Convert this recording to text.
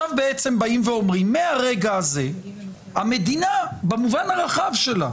ועכשיו באים ואומרים שמרגע זה המדינה במובן הרחב שלה